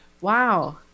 Wow